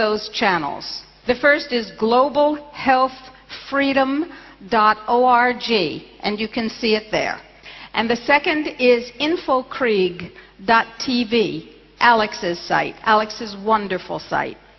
those channels the first is global health freedom dot o r g and you can see it there and the second is info creagh dot tv alex's site alex's wonderful site